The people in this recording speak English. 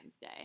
Day